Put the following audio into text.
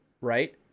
right